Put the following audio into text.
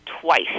twice